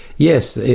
yes,